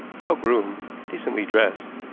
well groomed, decently dressed.